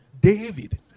David